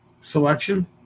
selection